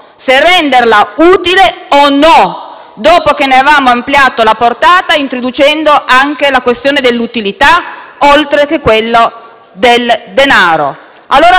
se renderla utile o no, dopo che ne avevamo ampliato la portata introducendo anche la questione dell'utilità oltre che quella del denaro.